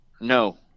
No